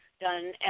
done